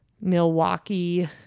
Milwaukee